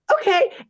Okay